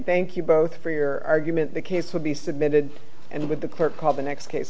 thank you both for your argument the case will be submitted and with the clerk called the next case